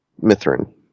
Mithrin